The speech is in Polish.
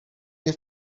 nie